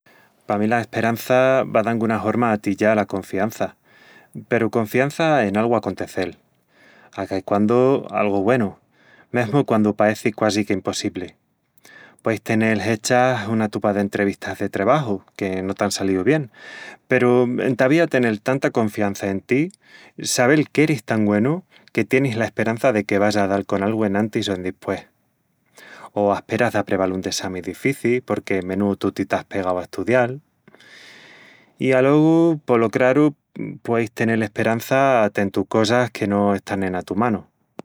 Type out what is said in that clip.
Pa mí la esperança va d'anguna horma atillá ala confiança... peru confiança en algu acontecel A caiquandu algu güenu, mesmu quandu paeci quasi que impossibli. Pueis tenel hechas una tupa d'entrevistas de trebaju que no t'án salíu bien, peru entavía tenel tanta confiança en ti, sabel que eris tan güenu que tienis la esperança de que vas a dal con algu enantis o endispués... o asperas d'apreval un dessamin difici porque menúu tuti t'ás pegau a estudial,... I alogu, polo craru, pueis tenel esperança a tentu cosas que no están ena tu manu.